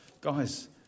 guys